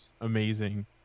amazing